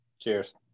cheers